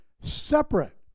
separate